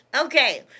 Okay